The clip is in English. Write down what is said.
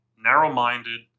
narrow-minded